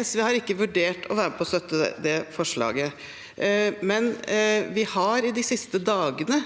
SV har ikke vurdert å støtte det forslaget, men vi har de siste dagene